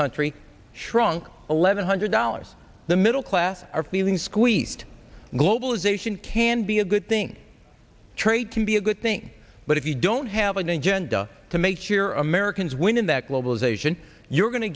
country shrunk eleven hundred dollars the middle class are feeling squeezed globalization can be a good thing trade can be a good thing but if you don't have an agenda to make sure americans win in that globalization you're go